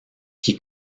qui